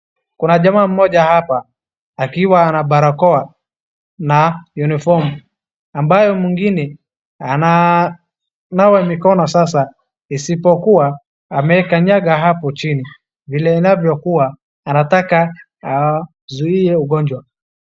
Kuna jamaa mmoja hapa akiwa ana barakoa na yunifomu, ambayo mwingine ananawa mikono sasa, isipokuwa amekanyaga hapo chini, vile inavyokuwa, anataka azuie ugonjwa.